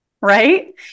Right